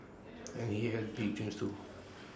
and he has big dreams too